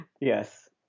Yes